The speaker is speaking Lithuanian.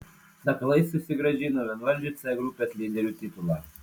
sakalai susigrąžino vienvaldžių c grupės lyderių titulą